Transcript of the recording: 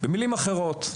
במלים אחרות,